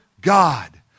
God